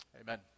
Amen